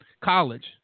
college